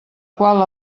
qual